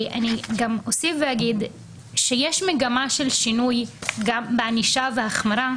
אני אוסיף ואגיד שיש מגמה של שינוי בענישה והחמרה,